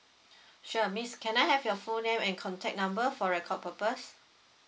sure miss can I have your full name and contact number for record purpose